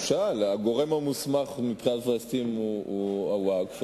הוא שאל: הגורם המוסמך מצד הפלסטינים הוא הווקף,